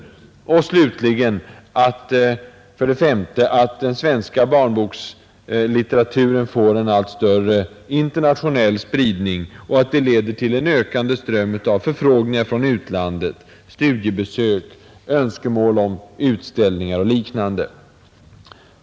5) Den svenska barnbokslitteraturen får en allt större internationell spridning som leder till en ökande ström av förfrågningar från utlandet, studiebesök, önskemål om utställningar och liknande.